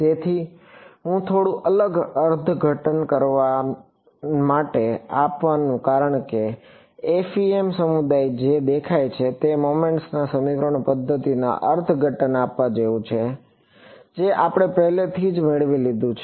તેથી હું થોડું અલગ અર્થઘટન આપવાનું કારણ એ છે કે FEM સમુદાય જે દેખાય છે તે મોમેન્ટ્સ ના સમીકરણોની પદ્ધતિનું અર્થઘટન આપવા જેવું છે જે આપણે પહેલેથી જ મેળવી લીધું છે